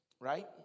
right